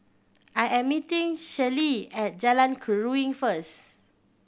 I am meeting Celie at Jalan Keruing first